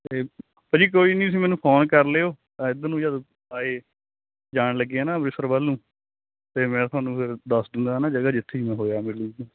ਤੇ ਭਾਅ ਜੀ ਕੋਈ ਨਹੀਂ ਸੀ ਮੈਨੂੰ ਫੋਨ ਕਰ ਲਿਓ ਇਧਰ ਨੂੰ ਜਦ ਆਏ ਜਾਣ ਲੱਗੇ ਹਨਾ ਅੰਮ੍ਰਿਤਸਰ ਵੱਲ ਨੂੰ ਤੇ ਮੈਂ ਤੁਹਾਨੂੰ ਫਿਰ ਦੱਸ ਦਿੰਦਾ ਨਾ ਜਗ੍ਹਾ ਜਿੱਥੇ ਮੈਂ ਹੋਇਆ